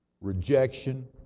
Rejection